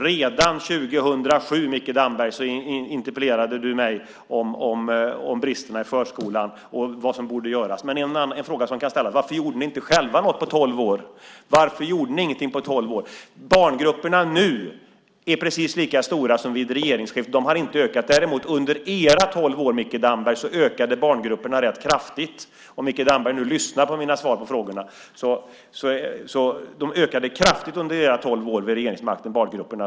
Redan 2007, Micke Damberg, interpellerade du mig om bristerna i förskolan och vad som borde göras. En fråga som kan ställas är: Varför gjorde ni inte själva något på tolv år? Barngrupperna nu är precis lika stora som vid regeringsskiftet. De har inte ökat. Däremot ökade barngruppernas storlek - om Micke Damberg nu lyssnar på mina svar på frågorna - kraftigt under era tolv år vid regeringsmakten.